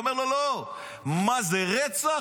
הוא אומר לו: לא, מה זה, רצח?